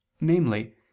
namely